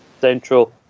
Central